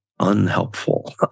unhelpful